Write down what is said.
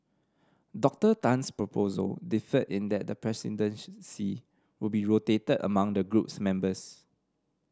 Moctor Tan's proposal differed in that the will be rotated among the group's members